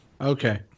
Okay